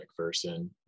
mcpherson